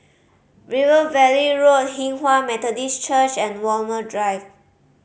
River Valley Road Hinghwa Methodist Church and Walmer Drive